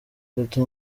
fata